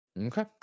okay